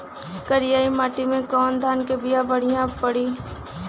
करियाई माटी मे कवन धान के बिया बढ़ियां पड़ी?